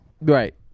Right